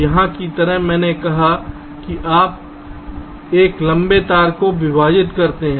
यहाँ की तरह मैंने कहा है कि आप एक लंबे तार को विभाजित करते हैं